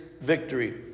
victory